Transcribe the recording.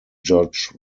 george